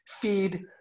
feed